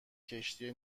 کشتی